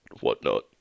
whatnot